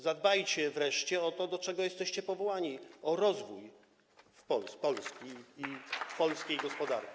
Zadbajcie wreszcie o to, do czego jesteście powołani: o rozwój Polski i polskiej gospodarki.